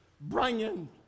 bringing